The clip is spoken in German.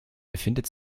befindet